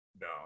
No